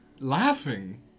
Laughing